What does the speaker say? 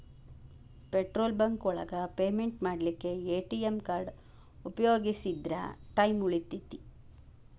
petrol bunk ಒಳಗ payment ಮಾಡ್ಲಿಕ್ಕೆ ATM card ಉಪಯೋಗಿಸಿದ್ರ ಟೈಮ್ ಉಳಿತೆತಿ